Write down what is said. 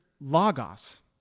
logos